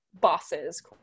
bosses